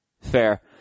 Fair